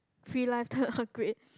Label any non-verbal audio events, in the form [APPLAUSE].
free lifetime [BREATH] upgrade